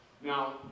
Now